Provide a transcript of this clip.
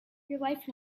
life